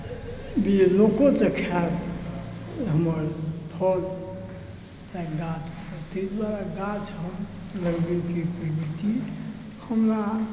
लोको तऽ देखत हमर फल ताहि दुआरे गाछ हम लगबैक प्रवृति हमरा